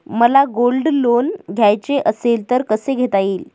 मला gold loan घ्यायचे असेल तर कसे घेता येईल?